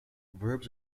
verbs